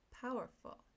powerful